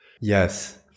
Yes